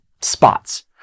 spots